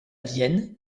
vienne